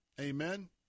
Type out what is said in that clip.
Amen